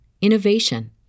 innovation